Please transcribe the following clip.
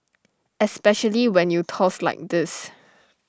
especially when you toss like this